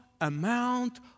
amount